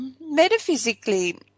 Metaphysically